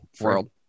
world